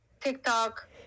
TikTok